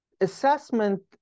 Assessment